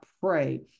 pray